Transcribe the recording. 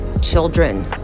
children